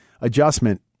adjustment